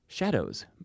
Shadows